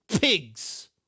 pigs